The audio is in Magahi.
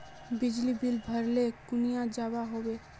बिजली बिल भरले कुनियाँ जवा होचे?